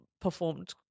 performed